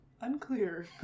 Unclear